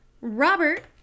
Robert